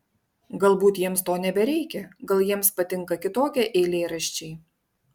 galbūt jiems to nebereikia gal jiems patinka kitokie eilėraščiai